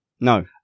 No